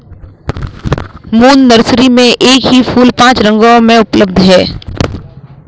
moon nursery में एक ही फूल पांच रंगों में उपलब्ध है